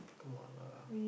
come on lah